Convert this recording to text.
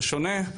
זה שונה.